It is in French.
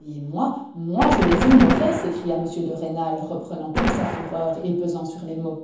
et moi moi je les ignorais s'écria m de rênal reprenant toute sa fureur et pesant sur les mots